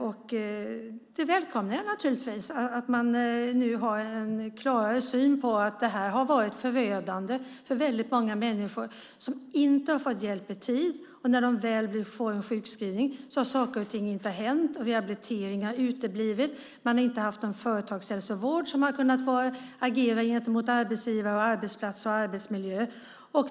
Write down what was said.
Jag välkomnar naturligtvis att man nu har en klarare syn på att det här har varit förödande för väldigt många människor som inte har fått hjälp i tid. När de väl har sjukskrivits har saker och ting inte hänt. Rehabilitering har uteblivit, och man har inte haft någon företagshälsovård som har kunnat agera gentemot arbetsgivare, arbetsplats och arbetsmiljö.